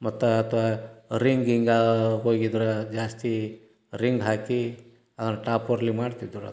ಮತ್ತು ಅಥ್ವಾ ರಿಂಗ್ ಗಿಂಗ ಹೋಗಿದ್ರೆ ಜಾಸ್ತಿ ರಿಂಗ್ ಹಾಕಿ ಟಾಪ್ ಫೋರಲ್ಲಿ ಮಾಡ್ತಿದ್ದರು ಅದು